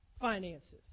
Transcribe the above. finances